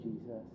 Jesus